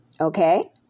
Okay